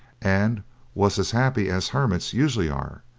and was as happy as hermits usually are,